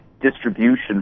distribution